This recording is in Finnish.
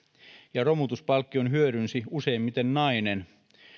ja romutuspalkkion hyödynsi useimmiten nainen